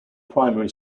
primary